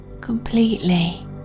completely